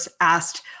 asked